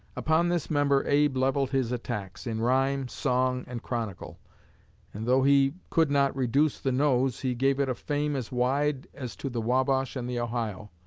upon this member abe levelled his attacks, in rhyme, song, and chronicle and though he could not reduce the nose he gave it a fame as wide as to the wabash and the ohio.